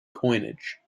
coinage